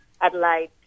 Adelaide